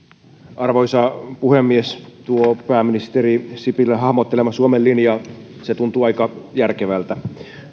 arvoisa puhemies tuo pääministeri sipilän hahmottelema suomen linja tuntuu aika järkevältä